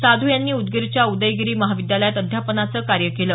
साधू यांनी उदगीरच्या उदयगीरी महाविद्यालयात अध्यापनाचं कार्य केलं